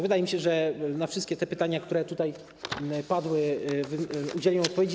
Wydaje mi się, że na wszystkie pytania, które tutaj padły, udzieliłem odpowiedzi.